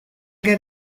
get